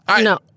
No